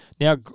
Now